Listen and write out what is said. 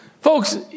Folks